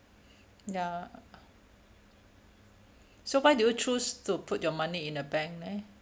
ya so why do you choose to put your money in a bank leh